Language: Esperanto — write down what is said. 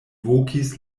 vokis